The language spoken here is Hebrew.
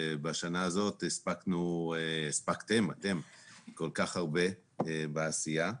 בשנה הזאת הספקתם כל כך הרבה בעשייה.